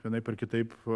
vienaip ar kitaip